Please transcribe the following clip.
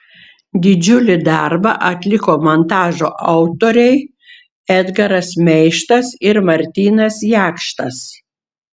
didžiulį darbą atliko montažo autoriai edgaras meištas ir martynas jakštas